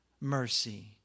mercy